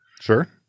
Sure